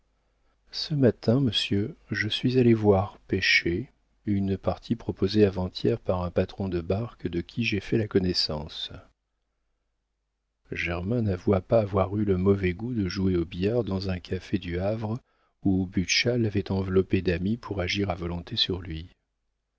ce matin monsieur je suis allé voir pêcher une partie proposée avant-hier par un patron de barque de qui j'ai fait la connaissance germain n'avoua pas avoir eu le mauvais goût de jouer au billard dans un café du havre où butscha l'avait enveloppé d'amis pour agir à volonté sur lui